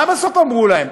מה בסוף אמרו להם?